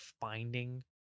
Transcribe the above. finding